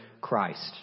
Christ